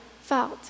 felt